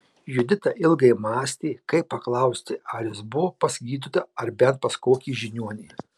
judita ilgai mąstė kaip paklausti ar jis buvo pas gydytoją ar bent pas kokį žiniuonį